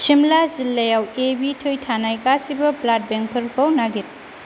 शिमला जिल्लायाव ए बि थै थानाय गासिबो ब्लाड बेंकफोरखौ नागिर